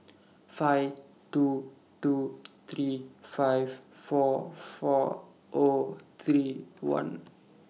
five two two three five four four O three one